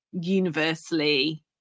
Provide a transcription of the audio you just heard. Universally